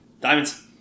Diamonds